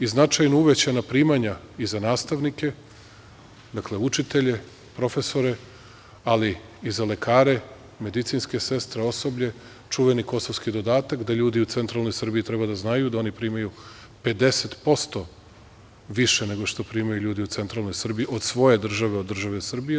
i značajno uvećana primanja i za nastavnike, učitelje, profesore, ali i za lekare, medicinske sestre, osoblje, čuveni "kosovski dodatak", da ljudi u centralnoj Srbiji treba da znaju da oni primaju 50% više nego što primaju ljudi u centralnoj Srbiji, od svoje države, od države Srbije.